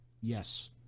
Yes